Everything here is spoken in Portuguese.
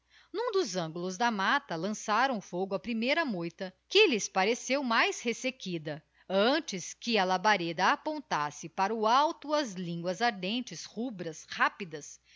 n'um dos ângulos da matta lançaram fogo á primeira moita que lhes pareceu mais resequidi antes que a labareda apontasse para o alto as imguas ardentes rubras rápidas